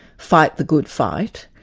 fight the good fight,